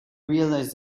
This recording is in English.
realized